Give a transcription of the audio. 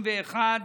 51),